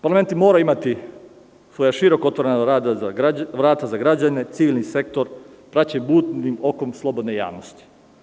Parlamenti moraju imati široko otvorena vrata za građane, civilni sektor praćenjem budnim okom slobodne javnosti.